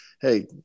Hey